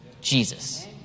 Jesus